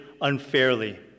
unfairly